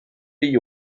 pays